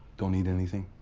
don't eat anything.